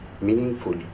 meaningful